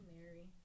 Mary